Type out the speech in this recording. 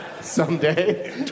Someday